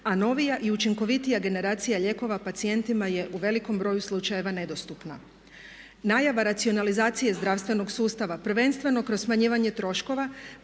a novija i učinkovitija generacija lijekova pacijentima je u velikom broju slučajeva nedostupna. Najava racionalizacije zdravstvenog sustava prvenstveno kroz smanjivanje troškova